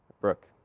Brooke